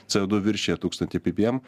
co du viršija tūkstantį ppm